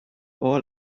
all